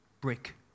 brick